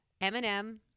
Eminem